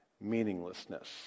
meaninglessness